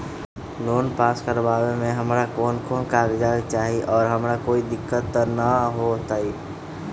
Loan pass करवावे में हमरा कौन कौन कागजात चाही और हमरा कोई दिक्कत त ना होतई?